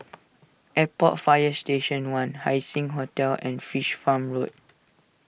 Airport Fire Station one Haising Hotel and Fish Farm Road